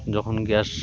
যখন গ্যাস